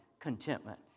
contentment